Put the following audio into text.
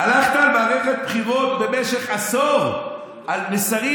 הלכת כל מערכת בחירות במשך עשור על מסרים,